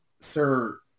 Sir